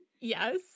yes